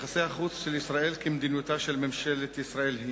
יחסי החוץ של ישראל לפי מדיניותה של ממשלת ישראל: